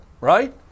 right